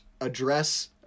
address